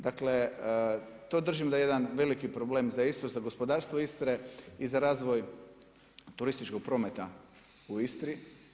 Dakle, to držim da je jedan veliki problem za Istru, za gospodarstvo Istre i za razvoj turističkog prometa u Istri.